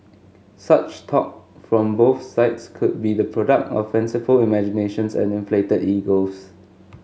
such talk from both sides could be the product of fanciful imaginations and inflated egos